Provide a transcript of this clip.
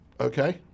okay